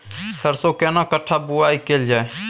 सरसो केना कट्ठा बुआई कैल जाय?